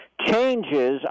Changes